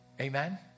Amen